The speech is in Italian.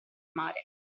mare